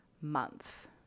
month